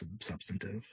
substantive